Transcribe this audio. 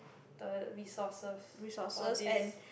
the resources for this